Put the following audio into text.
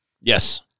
Yes